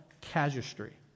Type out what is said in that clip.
casuistry